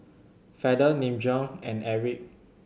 Feather Nin Jiom and Airwick